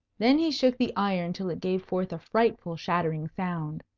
then he shook the iron till it gave forth a frightful shattering sound.